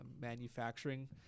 manufacturing